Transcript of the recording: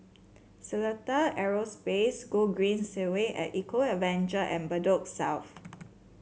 Seletar Aerospace Gogreen Segway at Eco Adventure and Bedok South